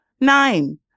nine